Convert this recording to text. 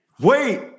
Wait